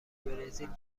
برزیل